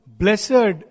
blessed